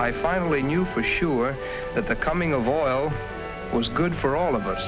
i finally knew for sure that the coming of oil was good for all of us